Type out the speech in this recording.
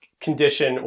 condition